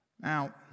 now